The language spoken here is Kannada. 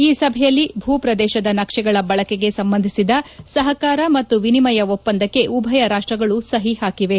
ಈ ಸಭೆಯಲ್ಲಿ ಭೂ ಪ್ರದೇಶದ ನಕ್ಷೆಗಳ ಬಳಕೆಗೆ ಸಂಬಂಧಿಸಿದ ಸಹಕಾರ ಮತ್ತು ವಿನಿಮಯ ಒಪ್ಪಂದಕ್ಕೆ ಉಭಯ ರಾಷ್ಟಗಳು ಸಹಿ ಪಾಕಿವೆ